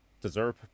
deserve